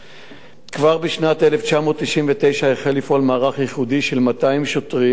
כבר בשנת 1999 החל לפעול מערך ייחודי של 200 שוטרים חוקרים,